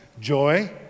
Joy